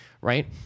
right